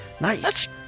Nice